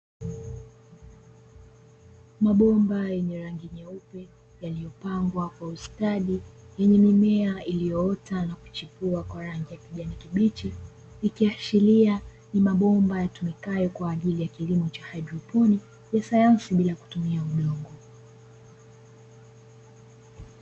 Mabomba yenye rangi nyeupe, yaliyopangwa kwa ustadi, yenye mimea iliyoota na kuchipua kwa rangi ya kijani kibichi, ikiashiria ni mabomba yatumikayo kwa ajili ya kilimo cha hairoponi, ya sayansi bila kutumia udongo.